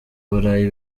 burayi